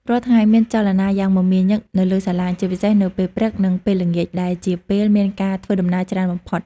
រាល់ថ្ងៃមានចលនាយ៉ាងមមាញឹកនៅលើសាឡាង ជាពិសេសនៅពេលព្រឹកនិងពេលល្ងាចដែលជាពេលមានការធ្វើដំណើរច្រើនបំផុត។